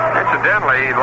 incidentally